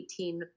18